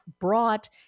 brought